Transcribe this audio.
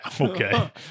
okay